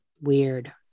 Weird